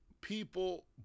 people